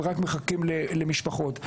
הם רק מחכים למשפחות.